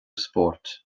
spóirt